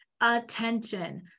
attention